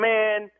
Man